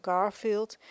Garfield